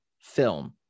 film